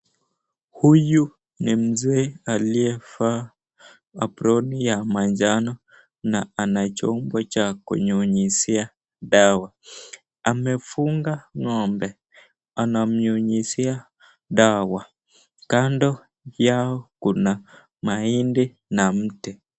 Huyu ni mzee aliyevaa aproni ya manjana na anacho chombo cha kunyunyizia dawa. Amemfunga ng'ombe anamnyunyizia dawa. Kando yao kuna mahindi na mti.